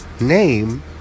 name